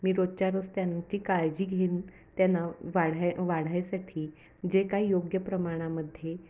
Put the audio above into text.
मी रोजच्यारोज त्यांची काळजी घेईन त्यांना वाढय वाढायसाठी जे काही योग्य प्रमाणामध्ये